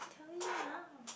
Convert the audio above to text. tell you now